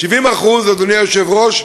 70%, אדוני היושב-ראש,